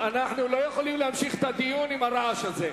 יכולים להמשיך את הדיון עם הרעש הזה.